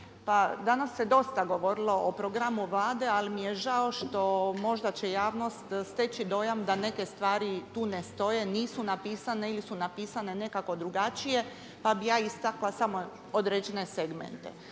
danas se dosta govorilo o programu Vlade, ali mi je žao što možda će javnost steći dojam da neke stvari tu ne stoje, nisu napisane ili su napisane nekako drugačije, pa bih ja istakla samo određene segmente.